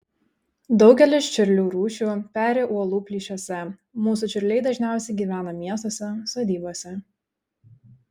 daugelis čiurlių rūšių peri uolų plyšiuose mūsų čiurliai dažniausiai gyvena miestuose sodybose